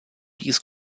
these